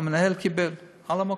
המנהל קיבל על המקום,